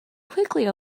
quickly